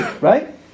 Right